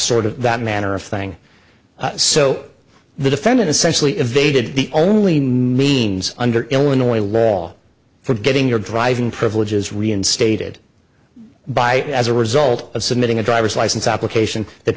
sort of that manner of thing so the defendant essentially evaded the only nene's under illinois law for getting your driving privileges reinstated by as a result of submitting a driver's license application that